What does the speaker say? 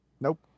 Nope